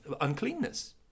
uncleanness